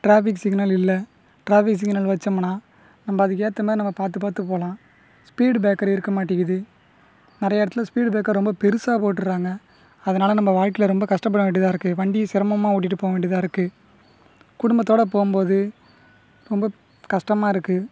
traffic signal இல்லை traffic signal வைச்சோம்னா நம்ம அதுக்கு ஏற்ற மாதிரி நம்ம பார்த்து பார்த்து போகலாம் ஸ்பீடு ப்ரேக்கர் இருக்க மாட்டேங்கிது நிறையா இடத்துல ஸ்பீடு ப்ரேக்கர் ரொம்ப பெருசாக போட்டுகிறாங்க அதனால நம்ம வாழ்க்கையில் ரொம்ப கஷ்டப்பட வேண்டியதாக இருக்குது வண்டியை சிரமமா ஓட்டிகிட்டு போக வேண்டியதாக இருக்குது குடும்பத்தோடு போகும்போது ரொம்ப கஷ்டமா இருக்குது